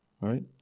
Right